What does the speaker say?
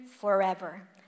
forever